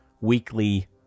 weekly